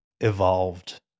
evolved